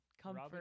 comfort